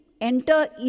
enter